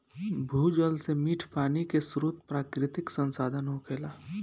भूजल से मीठ पानी के स्रोत प्राकृतिक संसाधन होखेला